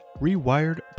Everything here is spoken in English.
Rewired